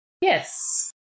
Yes